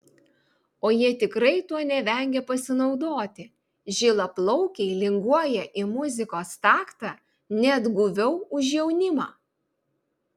o jie tikrai tuo nevengia pasinaudoti žilaplaukiai linguoja į muzikos taktą net guviau už jaunimą